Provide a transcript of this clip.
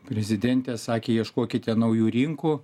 prezidentė sakė ieškokite naujų rinkų